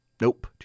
Nope